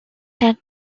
tag